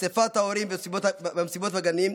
אספות הורים ומסיבות בגנים,